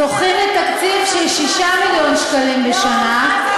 זוכים לתקציב של 6 מיליון שקלים בשנה,